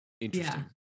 interesting